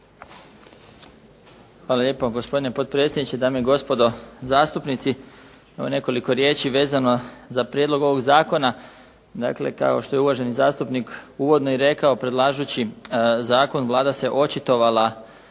Hvala lijepo gospodine potpredsjedniče, dame i gospodo zastupnici. Evo nekoliko riječi vezano za prijedlog ovog zakona. Dakle, kao što je uvaženi zastupnik uvodno i rekao predlažući zakon Vlada se očitovala